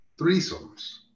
threesomes